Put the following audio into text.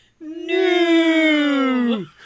new